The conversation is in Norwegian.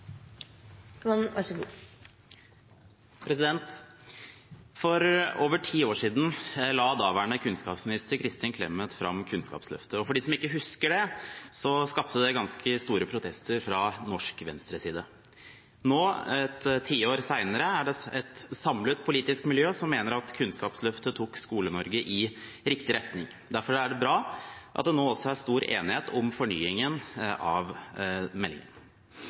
For over ti år siden la daværende kunnskapsminister Kristin Clemet fram det som ble Kunnskapsløftet. For dem som ikke husker det: Dette skapte ganske store protester fra norske venstreside. Nå, et tiår senere, er det et samlet politisk miljø som mener at Kunnskapsløftet tok Skole-Norge i riktig retning. Derfor er det bra at det nå også er stor enighet om fornyingen av meldingen.